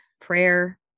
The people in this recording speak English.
prayer